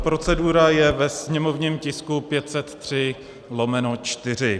Procedura je ve sněmovním tisku 503/4.